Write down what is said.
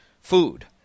food